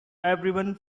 everyone